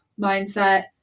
mindset